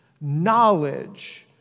knowledge